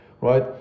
right